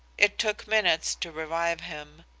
it took minutes to revive him.